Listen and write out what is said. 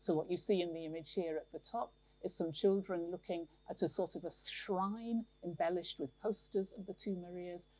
so what you see in the image at the top is so children looking at a sort of ah shrine embellished with posters of the two maria's,